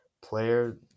player